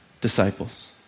disciples